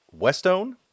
Westone